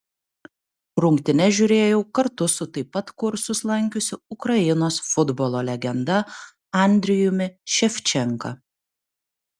rungtynes žiūrėjau kartu su taip pat kursus lankiusiu ukrainos futbolo legenda andrijumi ševčenka